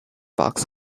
box